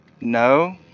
No